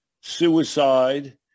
suicide